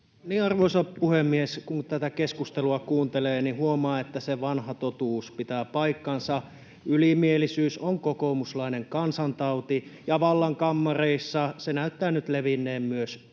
Arvoisa puhemies! Kun tätä keskustelua kuuntelee, niin huomaa, että se vanha totuus pitää paikkansa: ylimielisyys on kokoomuslainen kansantauti. Ja vallan kammareissa se näyttää nyt levinneen myös